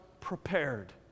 prepared